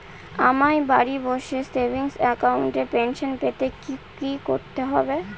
আমায় বাড়ি বসে সেভিংস অ্যাকাউন্টে পেনশন পেতে কি কি করতে হবে?